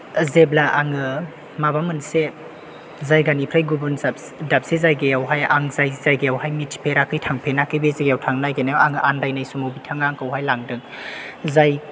जेब्ला आङो माबा मोनसे जायगानिफ्राय गुबुन दाबसे जायगायावहाय आं जाय जायगायावहाय मिथिफेराखै थांफेनाखै बे जायगायाव थांनो नागिरनायाव आङो आन्दायनाय समाव बिथाङा आंखौहाय लांदों जाय